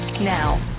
now